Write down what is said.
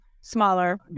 Smaller